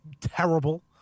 terrible